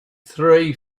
three